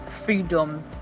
Freedom